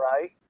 Right